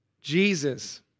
Jesus